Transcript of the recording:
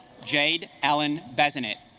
jade alan bennett